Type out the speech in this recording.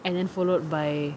and then followed by